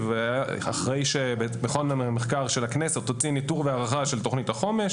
אחרי שמכון המחקר של הכנסת הוציא ניטור והערכה של תכנית החומש